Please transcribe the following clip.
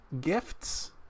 gifts